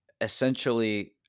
essentially